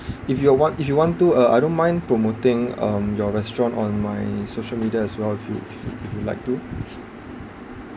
if you all want if you want to uh I don't mind promoting um your restaurant on my social media as well if you if you like to